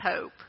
hope